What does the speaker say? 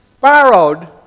borrowed